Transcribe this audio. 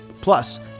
Plus